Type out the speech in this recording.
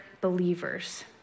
believers